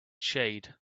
shade